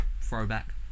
Throwback